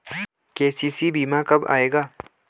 KCC बीमा कब आएगा?